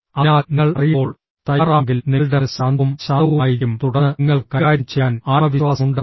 അതിനാൽ നിങ്ങൾ അറിയുമ്പോൾ തയ്യാറാണെങ്കിൽ നിങ്ങളുടെ മനസ്സ് ശാന്തവും ശാന്തവുമായിരിക്കും തുടർന്ന് നിങ്ങൾക്ക് കൈകാര്യം ചെയ്യാൻ ആത്മവിശ്വാസമുണ്ടാകും